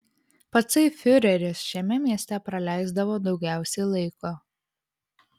patsai fiureris šiame mieste praleisdavo daugiausiai laiko